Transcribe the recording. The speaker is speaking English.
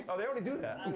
oh, they already do that.